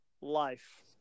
life